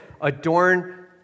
Adorn